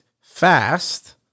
fast